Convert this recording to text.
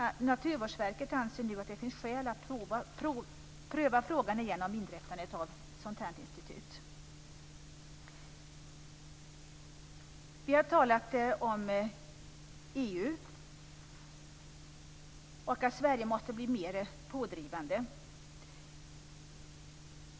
Naturvårdsverket anser nu att det finns skäl att pröva frågan igen om inrättandet av ett sådant här institut. Vi har talat om EU och om att Sverige måste bli mer pådrivande.